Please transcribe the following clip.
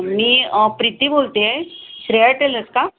मी प्रीती बोलते आहे श्रेया टेलर्स का